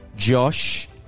Josh